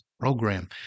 program